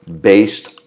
based